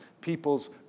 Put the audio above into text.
people's